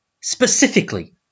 specifically